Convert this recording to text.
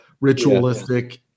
ritualistic